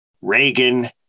Reagan